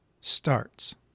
starts